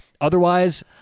Otherwise